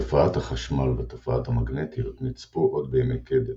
תופעת החשמל ותופעת המגנטיות נצפו עוד בימי קדם,